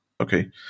Okay